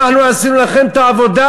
אנחנו עשינו לכם את העבודה.